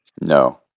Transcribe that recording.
No